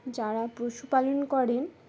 যারা পশুপালন করেন